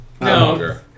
No